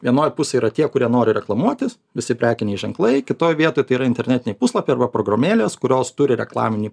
vienoj pusėj yra tie kurie nori reklamuotis visi prekiniai ženklai kitoj vietoj tai yra internetiniai puslapiai arba programėlės kurios turi reklaminį